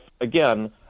again